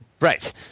Right